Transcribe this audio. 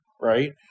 right